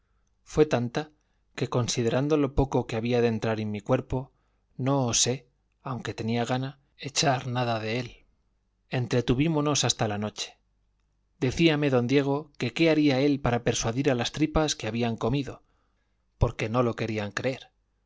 fue tanta que considerando lo poco que había de entrar en mi cuerpo no osé aunque tenía gana echar nada de él entretuvímonos hasta la noche decíame don diego que qué haría él para persuadir a las tripas que habían comido porque no lo querían creer